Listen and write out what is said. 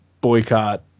boycott